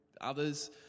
others